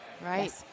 right